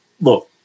look